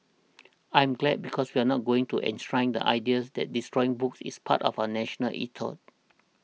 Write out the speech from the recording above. I'm glad because we're not going to enshrine the ideas that destroying books is part of our national ethos